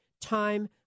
time